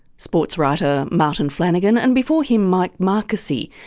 sportswriter martin flanagan. and before him mike marquesee,